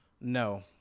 No